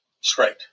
straight